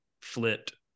flipped